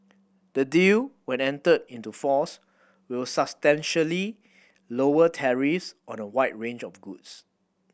the deal when entered into force will substantially lower tariffs on a wide range of goods